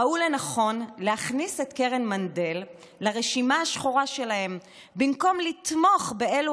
ראו לנכון להכניס את קרן מנדל לרשימה השחורה שלהם במקום לתמוך באלו